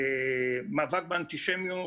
מאבק באנטישמיות